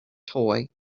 toy